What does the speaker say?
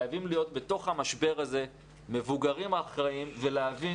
חייבים להיות בתוך המשבר הזה המבוגרים האחראיים ולהבין